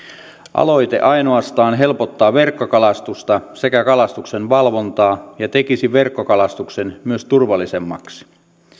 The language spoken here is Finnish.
aloite ainoastaan helpottaa verkkokalastusta sekä kalastuksenvalvontaa ja tekisi verkkokalastuksen myös turvallisemmaksi